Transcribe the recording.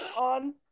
on